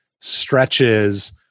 stretches